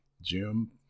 Jim